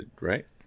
right